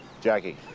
Jackie